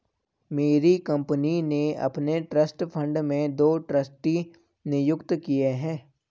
मेरी कंपनी ने अपने ट्रस्ट फण्ड में दो ट्रस्टी नियुक्त किये है